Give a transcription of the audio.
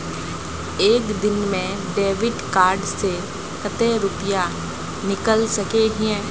एक दिन में डेबिट कार्ड से कते रुपया निकल सके हिये?